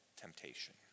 temptation